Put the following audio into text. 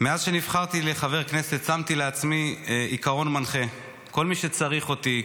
מאז שנבחרתי לחבר כנסת שמתי לעצמי עיקרון מנחה: כל מי שצריך אותי,